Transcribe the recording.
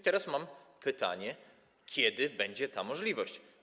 Teraz mam pytanie, kiedy będzie ta możliwość.